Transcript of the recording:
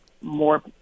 more